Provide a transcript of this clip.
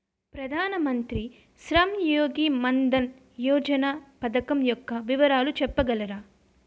ప్రధాన మంత్రి శ్రమ్ యోగి మన్ధన్ యోజన పథకం యెక్క వివరాలు చెప్పగలరా?